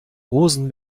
rosen